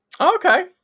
Okay